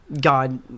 God